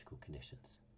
conditions